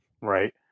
Right